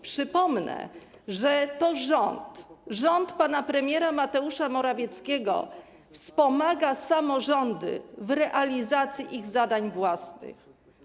Przypomnę, że to rząd pana premiera Mateusza Morawieckiego wspomaga samorządy w realizacji ich zadań własnych.